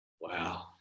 Wow